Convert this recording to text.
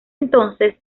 entonces